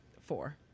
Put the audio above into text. four